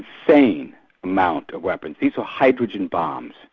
insane amount of weapons. these are hydrogen bombs,